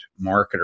marketer